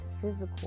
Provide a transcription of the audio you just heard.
physical